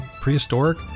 prehistoric